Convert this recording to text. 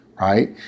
right